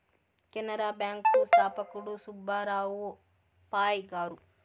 Canara bank స్థాపకుడు సుబ్బారావు పాయ్ గారు